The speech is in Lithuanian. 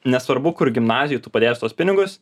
nesvarbu kur gimnazijoj tu padėjęs tuos pinigus